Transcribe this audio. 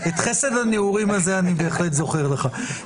את חסד הנעורים הזה אני בהחלט זוכר לך.